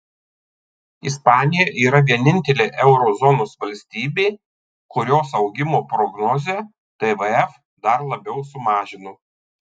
ispanija yra vienintelė euro zonos valstybė kurios augimo prognozę tvf dar labiau sumažino